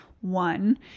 one